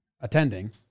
attending